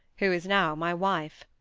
who is now my wife.